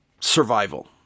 survival